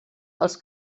els